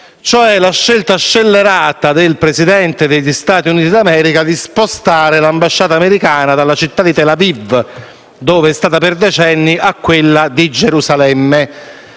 alla scelta scellerata del Presidente degli Stati Uniti d'America di spostare l'ambasciata americana dalla città di Tel Aviv, dove è stata per decenni, a quella di Gerusalemme,